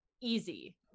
easy